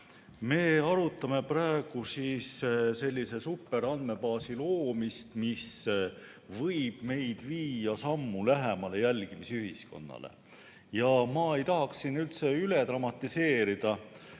Me arutame praegu sellise superandmebaasi loomist, mis võib meid viia sammu lähemale jälgimisühiskonnale. Ma ei tahaks siin üldse üle dramatiseerida,